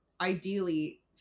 ideally